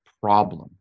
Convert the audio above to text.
problem